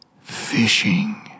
fishing